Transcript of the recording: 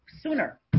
sooner